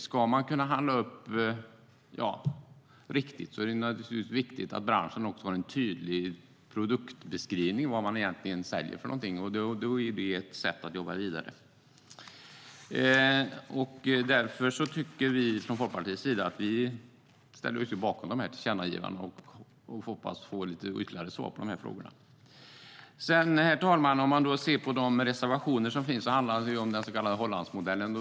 Ska man kunna handla upp på ett korrekt sätt är det viktigt att branschen har en tydlig produktbeskrivning av det som säljs. Det är ett sätt att kunna jobba vidare. Därför ställer vi från Folkpartiets sida oss bakom tillkännagivandena och hoppas få en del ytterligare svar på frågorna. Herr talman! Om vi tittar på de reservationer som finns ser vi att de handlar om den så kallade Hollandsmodellen.